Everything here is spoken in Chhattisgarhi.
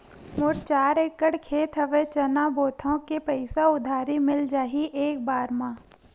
मोर चार एकड़ खेत हवे चना बोथव के पईसा उधारी मिल जाही एक बार मा?